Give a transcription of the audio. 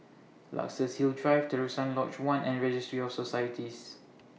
Luxus Hill Drive Terusan Lodge one and Registry of Societies